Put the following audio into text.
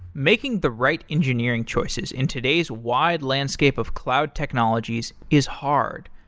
making the right engineering choices in today's wide landscape of cloud technologies is hard.